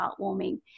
heartwarming